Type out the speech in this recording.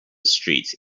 street